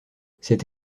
cette